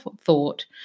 thought